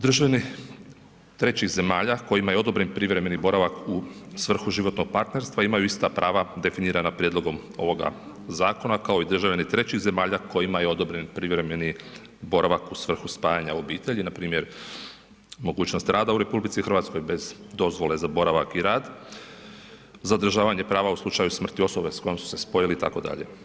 Državljani trećih zemalja kojima je odobren privremeni boravak u svrhu životnog partnerstva imaju ista prava definirana prijedlogom ovoga zakona, kao i državljani trećih zemalja kojima je odobren privremeni boravak u svrhu spajanja obitelji, npr. mogućnost rada u RH bez dozvole za boravak i rad, zadržavanje prava u slučaju smrti osobe s kojom su se spojili itd.